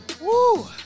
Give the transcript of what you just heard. Woo